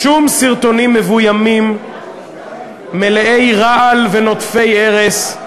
שום סרטונים מבוימים, מלאי רעל ונוטפי ארס,